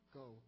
go